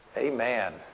Amen